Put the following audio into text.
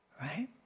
Right